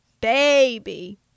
Baby